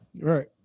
right